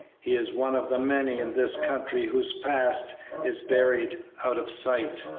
he is one of the many in this country whose past is buried out of sight.